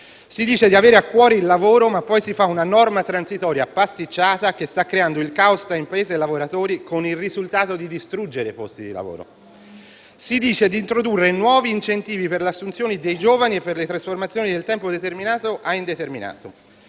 Si dice di avere a cuore il lavoro, ma poi si fa una norma transitoria pasticciata, che sta creando il caos tra imprese e lavoratori, con il risultato di distruggere posti di lavoro. Si dice di introdurre nuovi incentivi per l'assunzione dei giovani e per la trasformazione del tempo determinato a indeterminato,